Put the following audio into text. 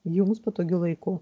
jums patogiu laiku